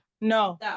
no